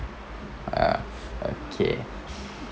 ah okay